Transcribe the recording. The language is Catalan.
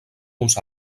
uns